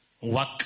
work